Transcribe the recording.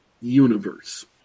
universe